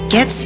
Get